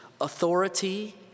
authority